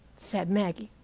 said maggie.